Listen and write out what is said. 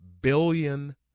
billion